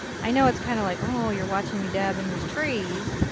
i know it's kinda like, oh you're watching me dab in these trees.